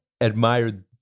admired